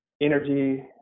energy